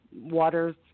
waters